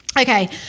Okay